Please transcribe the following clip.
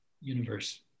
universe